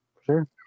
sure